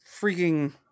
freaking